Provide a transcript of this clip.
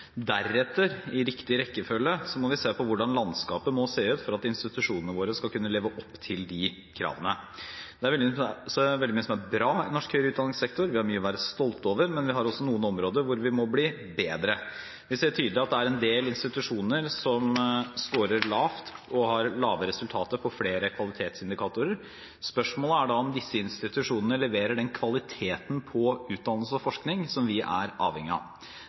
Deretter – i riktig rekkefølge – må vi se på hvordan landskapet må se ut for at institusjonene våre skal kunne leve opp til de kravene. Det er veldig mye som er bra i norsk høyere utdanningssektor, og vi har mye å være stolte over. Men vi har også noen områder hvor vi må bli bedre. Vi ser tydelig at det er en del institusjoner som scorer lavt og har lave resultater på flere kvalitetsindikatorer. Spørsmålet er da om disse institusjonene leverer den kvaliteten på utdannelse og forskning som vi er avhengige av.